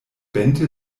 bente